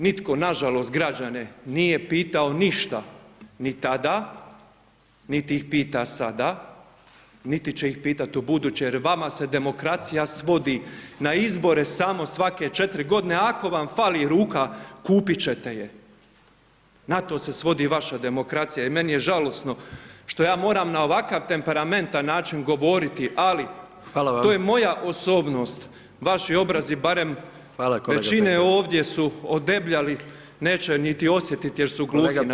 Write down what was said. Nitko, nažalost, građane nije pitao ništa ni tada, niti ih pita sada, niti će ih pitati ubuduće jer vama se demokracija svodi na izbore samo svake 4 godine, ako vam fali ruka, kupit ćete je, na to se svodi vaša demokracija jer meni je žalosno što ja moram na ovakav temperamentan način govoriti, ali [[Upadica: Hvala vam]] to je moja osobnost, vaši obrazi barem [[Upadica: Hvala kolega Petrov]] većine ovdje su odebljali, neće niti osjetit jer su gluhi [[Upadica: Kolega, na sve ovo, vrijeme je isteklo, hvala vam]] na sve ovo.